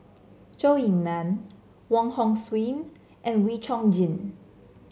Zhou Ying Nan Wong Hong Suen and Wee Chong Jin